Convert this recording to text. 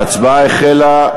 ההצבעה החלה.